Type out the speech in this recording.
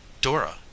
dora